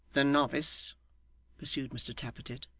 the novice pursued mr tappertit,